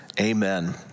Amen